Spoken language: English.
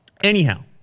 Anyhow